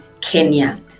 Kenya